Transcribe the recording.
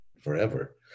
forever